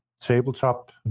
tabletop